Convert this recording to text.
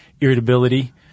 irritability